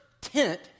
tent